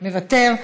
מוותר,